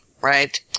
Right